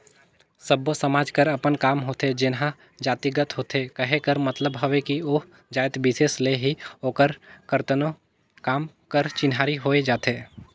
सब्बो समाज कर अपन काम होथे जेनहा जातिगत होथे कहे कर मतलब हवे कि ओ जाएत बिसेस ले ही ओकर करतनो काम कर चिन्हारी होए जाथे